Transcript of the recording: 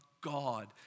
God